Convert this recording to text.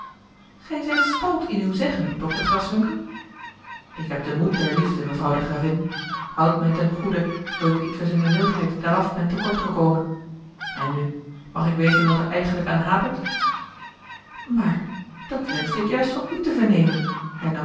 gij zijt stout in uw zeggen dokter graswinckel ik heb den moed der liefde mevrouw de gravin houd mij ten goede zoo ik ietwes in de mildheid daaraf ben te kort gekomen en nu mag ik weten wat er eigenlijk aan hapert maar dat wenschte ik juist van u te vernemen